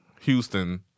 Houston